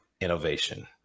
innovation